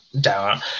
down